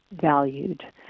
valued